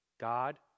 God